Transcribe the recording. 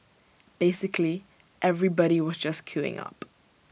basically everybody was just queuing up